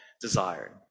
desired